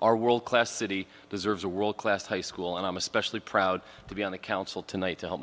our world class city deserves a world class high school and i'm especially proud to be on the council tonight